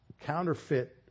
counterfeit